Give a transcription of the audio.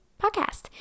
podcast